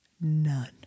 none